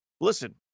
listen